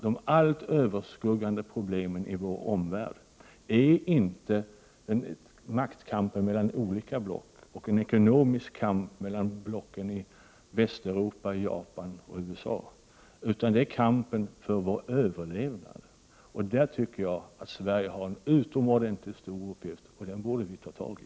De allt överskuggande problemen i vår omvärld är nämligen inte maktkampen mellan olika block eller en ekonomisk kamp mellan blocken Västeuropa, Japan och USA, utan kampen för vår överlevnad. Där tycker jag att Sverige har en utomordentligt stor uppgift. Den borde vi ta tag i!